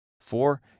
Four